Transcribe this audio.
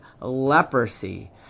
leprosy